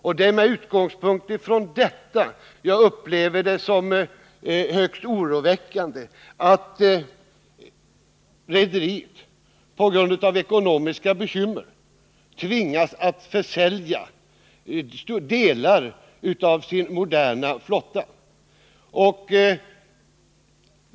Det är med utgångspunkt i detta som jag upplever det som högst oroväckande att rederiet på grund av ekonomiska bekymmer tvingas försälja delar av sin moderna flotta.